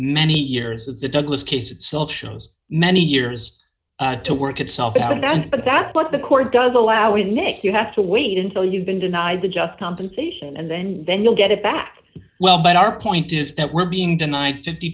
many years as the douglas case itself shows many years to work itself out of that but that's what the court does allow it nick you have to wait until you've been denied the just compensation and then then you'll get it back well but our point is that we're being denied fifty